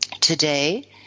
Today